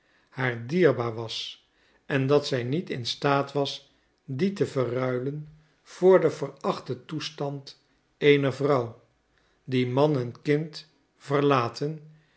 haar dierbaar was en dat zij niet in staat was die te verruilen voor den verachten toestand eener vrouw die man en kind verlaten